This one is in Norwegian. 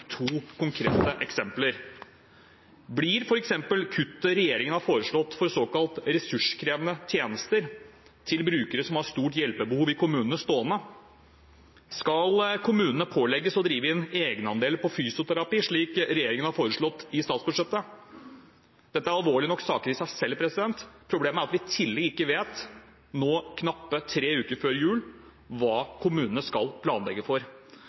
to konkrete eksempler: Blir f.eks. kuttet regjeringen har foreslått for såkalt ressurskrevende tjenester til brukere som har stort hjelpebehov i kommunene, stående? Skal kommunene pålegges å drive inn egenandeler på fysioterapi, slik regjeringen har foreslått i statsbudsjettet? Dette er saker som er alvorlige nok i seg selv. Problemet er at vi i tillegg ikke vet, nå knappe tre uker før jul, hva kommunene skal planlegge for.